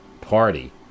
party